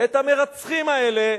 את המרצחים האלה,